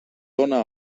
dóna